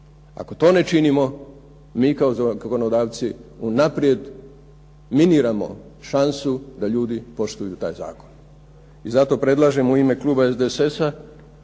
Ako to ne činimo mi kao zakonodavci unaprijed miniramo šansu da ljudi poštuju taj zakon. I zato predlažem u ime kluba SDSS-a,